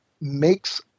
makes